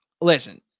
listen